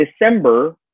December